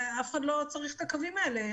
אף אחד לא צריך את הקווים האלה.